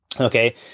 Okay